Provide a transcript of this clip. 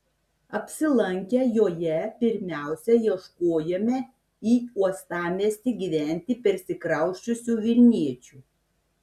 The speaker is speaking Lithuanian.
apsilankę joje pirmiausia ieškojome į uostamiestį gyventi persikrausčiusių vilniečių